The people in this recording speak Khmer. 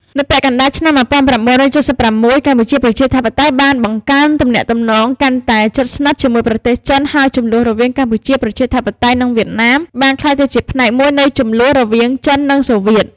នៅពាក់កណ្តាលឆ្នាំ ១៩៧៦ កម្ពុជាប្រជាធិបតេយ្យបានបង្កើនទំនាក់ទំនងកាន់តែជិតស្និទ្ធជាមួយប្រទេសចិន ហើយជម្លោះរវាងកម្ពុជាប្រជាធិបតេយ្យនិងវៀតណាមបានក្លាយទៅជាផ្នែកមួយនៃជម្លោះរវាងចិននិងសូវៀត។